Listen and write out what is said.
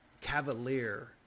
cavalier